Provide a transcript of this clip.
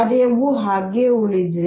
ಕಾರ್ಯವು ಹಾಗೆಯೇ ಉಳಿದಿದೆ